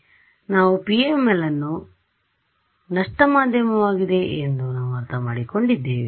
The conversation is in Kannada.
ಆದ್ದರಿಂದ ನಾವು PML ಅನ್ನು ಮತ್ತು PML ನಷ್ಟ ಮಾಧ್ಯಮವಾಗಿದೆ ಎಂದು ನಾವು ಅರ್ಥಮಾಡಿಕೊಂಡಿದ್ದೇವೆ